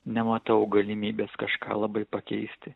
nematau galimybės kažką labai pakeisti